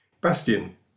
Bastian